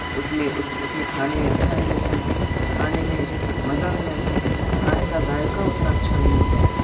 اس میں اس میں کھانے میں اچھا نہیں لگتا کھانے میں مزہ نہیں آتا کھانے کا ذائقہ اتنا اچھا نہیں ہوتا ہے